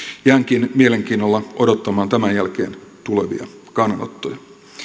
jäänkin mielenkiinnolla odottamaan tämän jälkeen tulevia kannanottoja